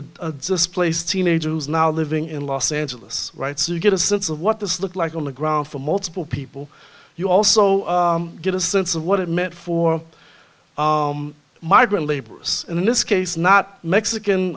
this place teenagers now living in los angeles writes you get a sense of what this looked like on the ground for multiple people you also get a sense of what it meant for migrant laborers in this case not mexican